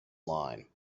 line